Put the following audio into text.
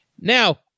Now